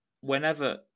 whenever